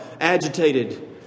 agitated